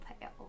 pale